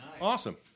Awesome